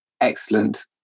Excellent